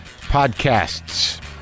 podcasts